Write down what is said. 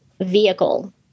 vehicle